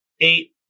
eight